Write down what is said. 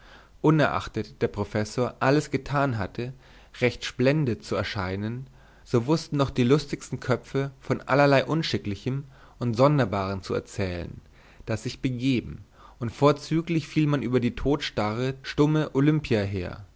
unerachtet der professor alles getan hatte recht splendid zu erscheinen so wußten doch die lustigen köpfe von allerlei unschicklichem und sonderbarem zu erzählen das sich begeben und vorzüglich fiel man über die todstarre stumme olimpia her